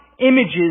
images